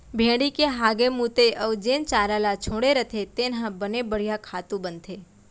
भेड़ी के हागे मूते अउ जेन चारा ल छोड़े रथें तेन ह बने बड़िहा खातू बनथे